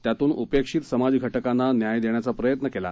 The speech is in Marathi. त्यातून उपेक्षित समाजघटकांना न्याय देण्याचा प्रयत्न केला